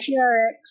trx